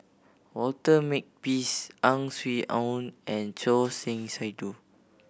Walter Makepeace Ang Swee Aun and Choor Singh Sidhu